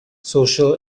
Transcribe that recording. social